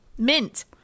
mint